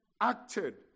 acted